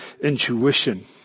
intuition